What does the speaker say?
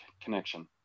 connection